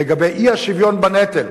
לגבי האי-שוויון בנטל,